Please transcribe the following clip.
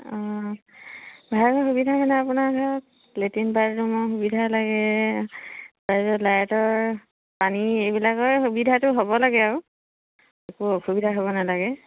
অঁ ভাড়া ঘৰৰ সুবিধা মানে আপোনাৰ ধৰক লেট্ৰিন বাথৰুমৰ সুবিধা লাগে তাৰপিছত লাইটৰ পানী এইবিলাকৰ সুবিধাটো হ'ব লাগে আৰু একো অসুবিধা হ'ব নালাগে